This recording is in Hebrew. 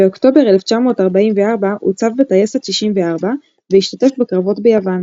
באוקטובר 1944 הוצב בטייסת 94 והשתתף בקרבות ביוון.